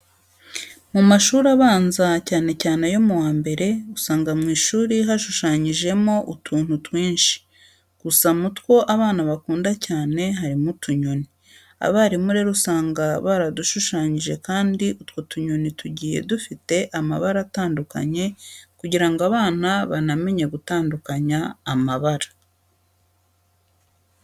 Mu mashuri abanza, cyane cyane ayo mu wa mbere, usanga mu ishuri hashushanyijemo utuntu twinshi. Gusa mutwo abana bakunda cyane harimo utunyoni. Abarimu rero usanga baradushushanyije kandi utwo tunyoni tugiye dufite amabara atandukanye kugira ngo bana banamenye gutandukanya amabara.